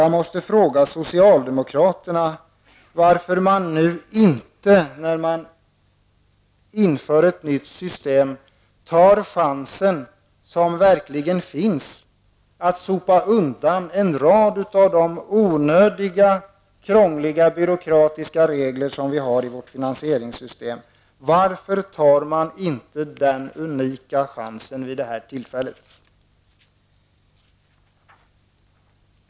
Jag måste också fråga socialdemokraterna varför man inte, när man inför ett nytt system, tar den chans som verkligen finns att sopa undan en rad av de onödiga, krångliga byråkratiska regler som vi har i vårt finansieringssystem. Varför tar man inte den unika chansen vid det här tillfället?